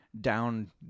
down